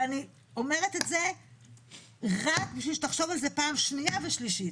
ואני אומרת את זה רק בשביל שתחשוב על זה פעם שנייה ושלישית.